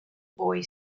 boy